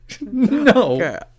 no